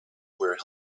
wear